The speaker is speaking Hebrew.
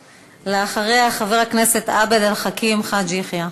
אחריה, חבר הכנסת עבד אל חכים חאג' יחיא.